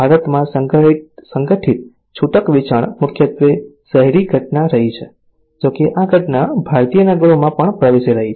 ભારતમાં સંગઠિત છૂટક વેચાણ મુખ્યત્વે શહેરી ઘટના રહી છે જો કે આ ઘટના ભારતીય નગરોમાં પણ પ્રવેશી રહી છે